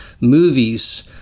movies